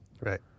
Right